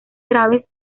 graves